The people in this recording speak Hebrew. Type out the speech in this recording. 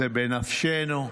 זה בנפשנו,